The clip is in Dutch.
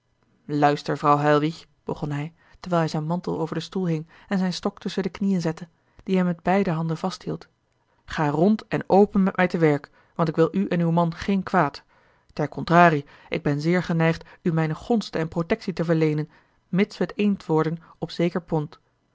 luister vrouw heilwich begon hij terwijl hij zijn mantel over den stoel hing en zijn stok tusschen de knieën zette dien hij met beide handen vasthield ga rond en open met mij te werk want ik wil u en uw man geen kwaad ter contrarie ik ben zeer geneigd u mijne gonste en protectie te verleenen mits we het eens worden op zeker